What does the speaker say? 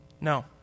No